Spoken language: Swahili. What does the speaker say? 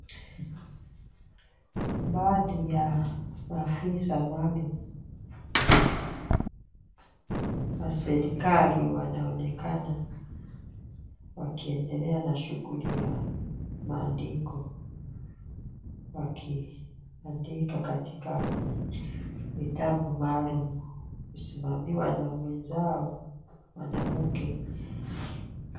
Baadhi ya maafisa maalum wa serikali wanaonekana wakiendelea na shughuli ya maandiko wakiandika katika vitabu maalum kusmamiwa na mwenzao mwanamke.